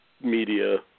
media